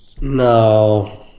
No